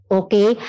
okay